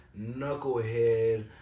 Knucklehead